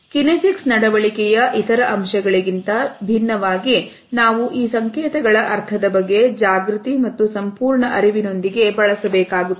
kinesics ನಡವಳಿಕೆಯ ಇತರ ಅಂಶಗಳಿಗಿಂತ ಭಿನ್ನವಾಗಿ ನಾವು ಈ ಸಂಕೇತಗಳ ಅರ್ಥದ ಬಗ್ಗೆ ಜಾಗೃತಿ ಮತ್ತು ಸಂಪೂರ್ಣ ಅರಿವಿನೊಂದಿಗೆ ಬಳಸಬೇಕಾಗುತ್ತದೆ